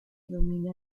domina